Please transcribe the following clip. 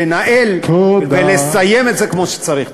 לנהל ולסיים את זה כמו שצריך.